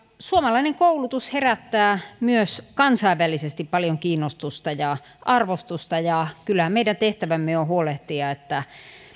suomalainen koulutus herättää myös kansainvälisesti paljon kiinnostusta ja arvostusta ja kyllä meidän tehtävämme on huolehtia että